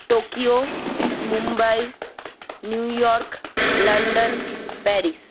Tokyo Mumbai New York London Paris